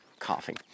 coughing